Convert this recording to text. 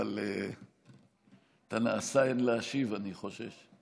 אבל את הנעשה אין להשיב, אני חושש.